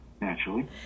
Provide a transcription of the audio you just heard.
naturally